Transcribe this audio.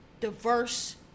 diverse